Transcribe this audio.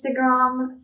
Instagram